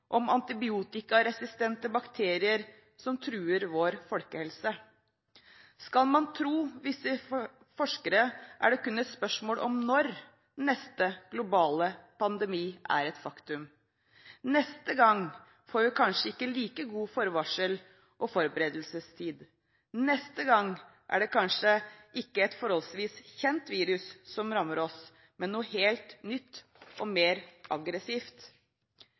antibiotikaresistente bakterier som truer vår folkehelse. Skal man tro visse forskere, er det kun et spørsmål om når neste globale pandemi er et faktum. Neste gang får vi kanskje ikke like godt forvarsel og like god forberedelsestid. Neste gang er det kanskje ikke et forholdsvis kjent virus som rammer oss, men noe helt nytt og mer aggressivt.